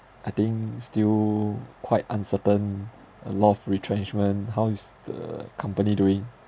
I think still quite uncertain a lot of retrenchment how is the company doing